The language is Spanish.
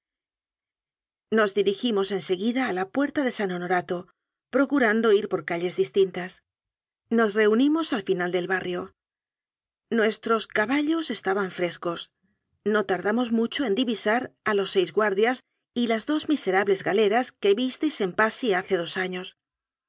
nos dirigimos en seguida a la puerta de san honorato procurando ir por calles distintas nos reunimos al final del barrio nuestros caballos es taban frescos no tardamos mucho en divisar a los seis guardias y las dos miserables galeras que visteis en passy hace dos años